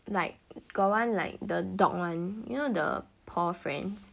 like got one like the dog one you know the paw friends